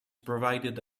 provided